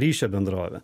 ryšio bendrovę